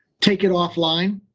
take it offline.